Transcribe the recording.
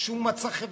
שום מצע חברתי.